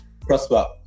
Prosper